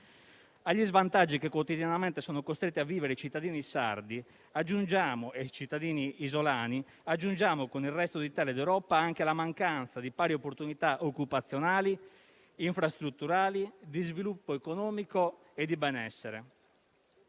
Agli svantaggi che quotidianamente sono costretti a vivere i cittadini sardi e i cittadini isolani aggiungiamo, con il resto d'Italia e d'Europa, anche la mancanza di pari opportunità occupazionali, infrastrutturali, di sviluppo economico e di benessere.